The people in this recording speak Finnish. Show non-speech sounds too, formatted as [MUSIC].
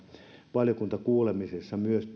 valiokuntakuulemisessa myös [UNINTELLIGIBLE]